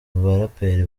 baraperi